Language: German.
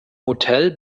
hotel